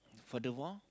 furthermore